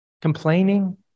Complaining